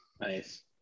Nice